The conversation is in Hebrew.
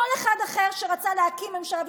כל אחד אחר שרצה להקים ממשלה,